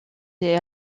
est